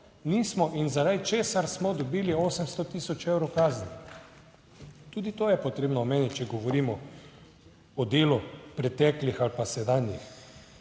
Nismo in zaradi česar smo dobili 800 tisoč evrov kazni. Tudi to je potrebno omeniti, če govorimo o delu preteklih ali sedanjih.